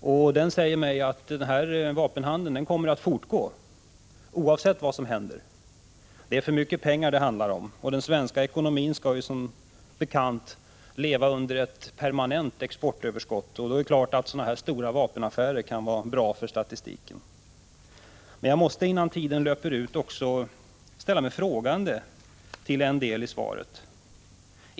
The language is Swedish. Den erfarenheten säger mig att denna vapenhandel kommer att fortgå, oavsett vad som händer. Det är för mycket pengar det handlar om. Och den svenska ekonomin skall som bekant leva under ett permanent exportöverskott. Då är det klart att sådana här stora vapenaffärer kan vara bra för den statistiken. Men jag måste, innan tiden löper ut, också säga att jag ställer mig frågande tillen deli svaret.